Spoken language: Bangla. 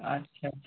আচ্ছা